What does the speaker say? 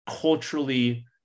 culturally